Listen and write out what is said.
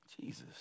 Jesus